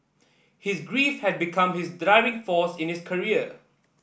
his grief had become his driving force in his career